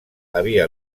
havia